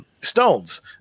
stones